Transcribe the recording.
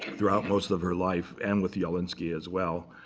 throughout most of her life, and with jawlensky as well.